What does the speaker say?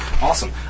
Awesome